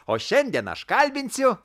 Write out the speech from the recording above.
o šiandien aš kalbinsiu